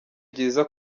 byiza